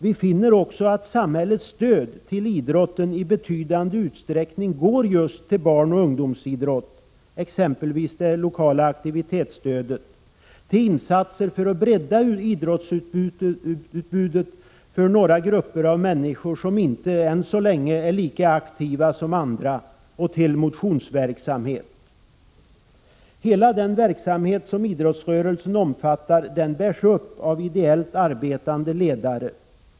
Vi finner också att samhällets stöd till idrotten i betydande utsträckning går just till barnoch ungdomsidrott, exempelvis det lokala aktivitetsstödet, till insatser för att bredda idrottsutbudet för några grupper av människor som inte, än så länge, är lika aktiva som andra och till motionsverksamhet. Hela den verksamhet som idrottsrörelsen omfattar bärs upp av ideellt arbetande ledare.